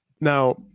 Now